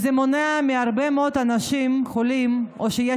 זה מונע מהרבה מאוד אנשים חולים או שיש